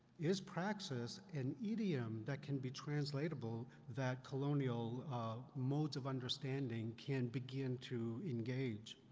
is praxis an idiom that can be translatable that colonial modes of understanding can begin to engage.